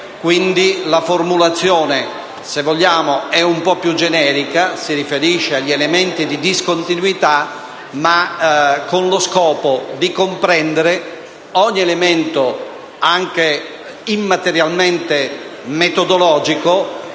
se vogliamo - è un po' più generica e si riferisce agli elementi di discontinuità, ma con lo scopo di comprendere ogni elemento, anche immaterialmente metodologico,